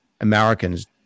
Americans